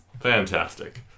Fantastic